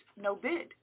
no-bid